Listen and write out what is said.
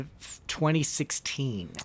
2016